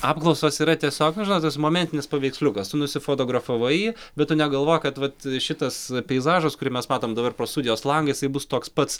apklausos yra tiesiog nu žodžiu tas momentinis paveiksliukas tu nusifotografavai jį bet tu negalvok kad vat šitas peizažas kurį mes matom dabar pro studijos langą jisai bus toks pats